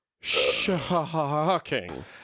shocking